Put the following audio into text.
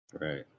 Right